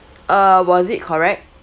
or was it correct